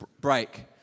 break